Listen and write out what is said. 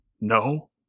No